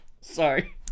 Sorry